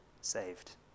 saved